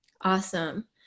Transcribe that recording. Awesome